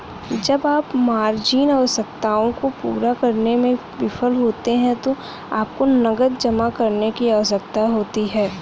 जब आप मार्जिन आवश्यकताओं को पूरा करने में विफल होते हैं तो आपको नकद जमा करने की आवश्यकता होती है